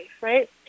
right